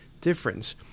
difference